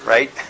Right